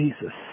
Jesus